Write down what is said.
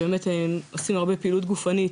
שעושים הרבה פעילות גופנית